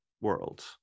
world